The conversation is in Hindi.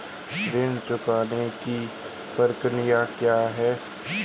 ऋण चुकाने की प्रणाली क्या है?